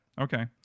okay